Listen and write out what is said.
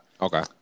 Okay